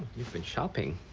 you've been shopping.